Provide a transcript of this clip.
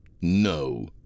No